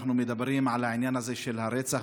אנחנו מדברים על העניין הזה של הרצח